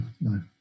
no